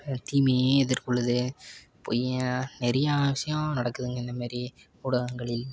தீமையையும் எதிர்கொள்ளுது பொய்யாக நிறையா விஷயம் நடக்குதுங்க இந்தமாதிரி ஊடகங்களில்